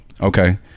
Okay